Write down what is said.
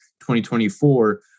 2024